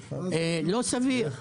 זה לא סביר.